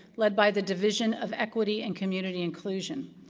led by the division of equity and community inclusion.